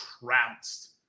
trounced